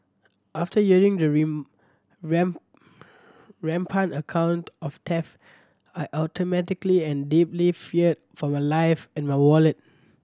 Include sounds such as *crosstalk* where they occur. after hearing the *unintelligible* rampant account of theft I automatically and deeply feared for my life and my wallet